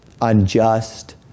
unjust